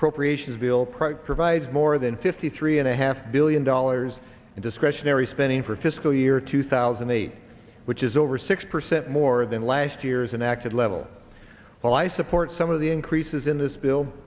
appropriations bill product provides more than fifty three and a half billion dollars in discretionary spending for fiscal year two thousand and eight which is over six percent more than last year's an active level well i support some of the increases in this bill